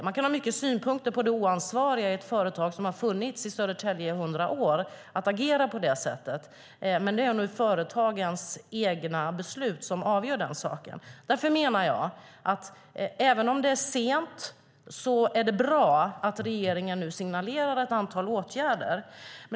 Man kan ha mycket synpunkter på det oansvariga i att agera på det sättet hos ett företag som har funnits i Södertälje i 100 år, men det är ändå företagens egna beslut som avgör den saken. Därför menar jag att även om det är sent så är det bra att regeringen nu signalerar ett antal åtgärder.